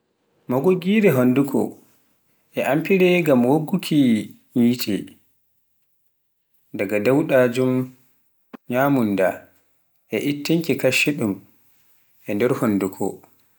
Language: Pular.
magoggire honduuko, e amfire ngam wogguku ki nyecce, daga dauda jum nyamunda e ittinki kaccuɗun nder hunduko.